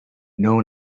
know